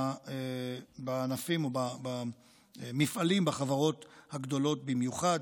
בענפים או במפעלים בחברות הגדולות במיוחד.